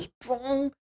strong